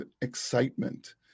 excitement